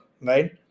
right